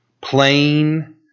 plain